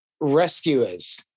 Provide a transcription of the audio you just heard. rescuers